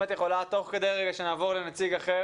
תוך כדי שנעבור לנציג אחר,